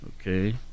okay